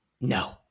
No